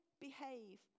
behave